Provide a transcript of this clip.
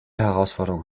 herausforderung